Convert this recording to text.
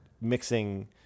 mixing